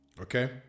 okay